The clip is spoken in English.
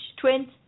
Twins